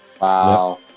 Wow